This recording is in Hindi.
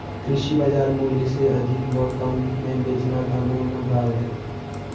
कृषि बाजार मूल्य से अधिक व कम में बेचना कानूनन अपराध है